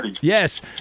Yes